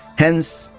hence,